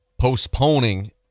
Postponing